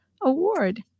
award